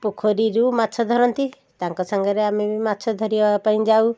ପୋଖରୀରୁ ମାଛ ଧରନ୍ତି ତାଙ୍କ ସାଙ୍ଗରେ ଆମେ ବି ମାଛ ଧରିବା ପାଇଁ ଯାଉ